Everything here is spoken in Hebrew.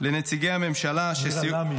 -- נירה לאמעי.